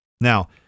Now